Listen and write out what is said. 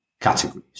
categories